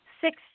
six